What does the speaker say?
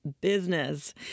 business